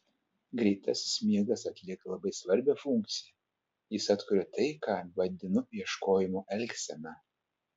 greitasis miegas atlieka labai svarbią funkciją jis atkuria tai ką vadinu ieškojimo elgsena